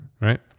right